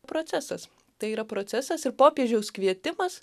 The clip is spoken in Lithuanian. procesas tai yra procesas ir popiežiaus kvietimas